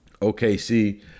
OKC